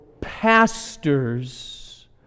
pastors